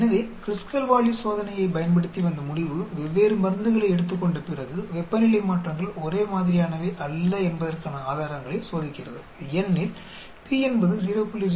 எனவே Kruskal Wallis சோதனையைப் பயன்படுத்தி வந்த முடிவு வெவ்வேறு மருந்துகளை எடுத்துக் கொண்ட பிறகு வெப்பநிலை மாற்றங்கள் ஒரே மாதிரியானவை அல்ல என்பதற்கான ஆதாரங்களை சோதிக்கிறது ஏனெனில் p என்பது 0